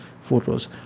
photos